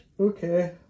Okay